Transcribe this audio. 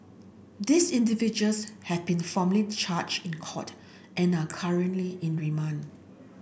these individuals have been formally charged in court and are currently in remand